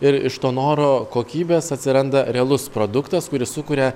ir iš to noro kokybės atsiranda realus produktas kuris sukuria